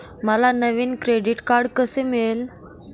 मला नवीन credit card कसे मिळेल?